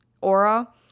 aura